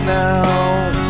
now